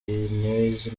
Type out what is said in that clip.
illinois